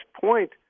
Point